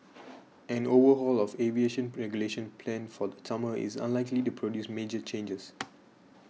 an overhaul of aviation plague regulation planned for the summer is unlikely to produce major changes